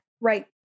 Right